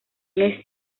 mes